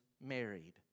married